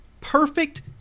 perfect